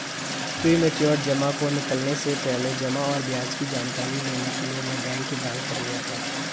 premature जमा को निकलने से पहले जमा और ब्याज की जानकारी लेने के लिए मैं बैंक की ब्रांच पर गया था